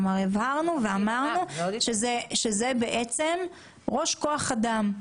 כלומר, אמרנו והבהרנו שזה בעצם ראש כוח אדם.